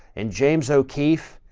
and james o'keefe.